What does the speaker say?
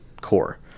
core